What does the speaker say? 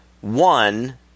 one